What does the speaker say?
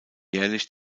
jährlich